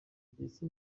mbese